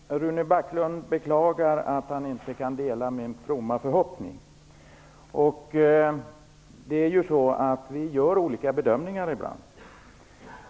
Herr talman! Rune Backlund beklagar att han inte kan dela min fromma förhoppning. Vi gör ju olika bedömningar ibland.